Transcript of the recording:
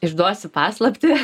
išduosiu paslaptį